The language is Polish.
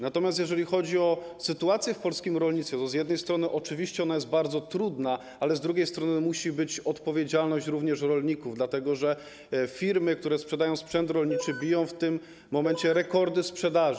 Natomiast jeżeli chodzi o sytuację w polskim rolnictwie, to z jednej strony oczywiście jest ona bardzo trudna, ale z drugiej strony musi być również odpowiedzialność rolników, dlatego że firmy, które sprzedają sprzęt rolniczy, biją w tym momencie rekordy sprzedaży.